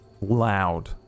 loud